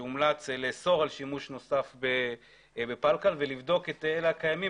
הומלץ לאסור על שימוש נוסף בפלקל ולבדוק את אלה הקיימים,